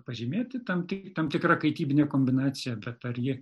pažymėti tam ti tam tikra kaitybinė kombinacija bet ar ji